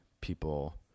people